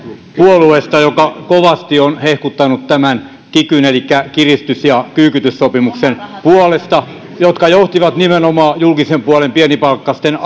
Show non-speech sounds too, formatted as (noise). puolueesta joka kovasti on hehkuttanut tämän kikyn elikkä kiristys ja kyykytyssopimuksen puolesta joka johti nimenomaan julkisen puolen pienipalkkaisten (unintelligible)